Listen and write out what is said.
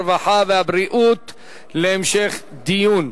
הרווחה והבריאות להמשך דיון.